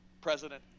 president